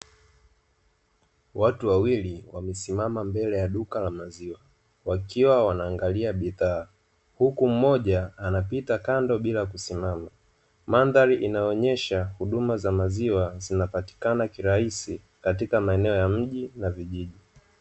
Watu wawili wamesimama mbele ya duka la maziwa wakiwa wanaangalia bidhaa, huku mmoja anapita kando bila kusimama. Mandhari inaonyesha huduma za maziwa zinapatikana kirahisi katika maenoe ya mji na vijiji.